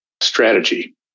strategy